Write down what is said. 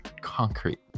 concrete